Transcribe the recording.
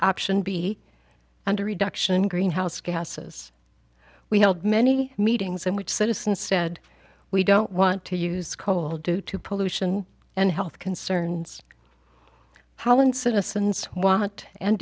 option b under reduction in greenhouse gases we held many meetings in which citizens said we don't want to use coal due to pollution and health concerns pollan citizens want and